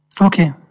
Okay